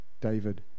David